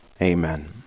Amen